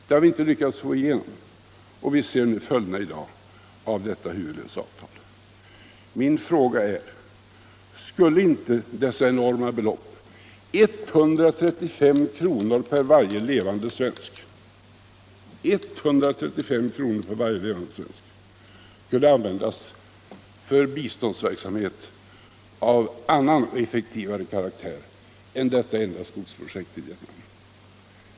Det har vi inte lyckats få igenom. Vi ser i dag följderna av detta huvudlösa avtal. Min fråga är: Skulle inte dessa enorma belopp, 135 kr. per levande svensk, kunna användas för biståndsverksamhet av annan och effektivare karaktär än detta enda skogsprojekt i Vietnam?